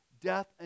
death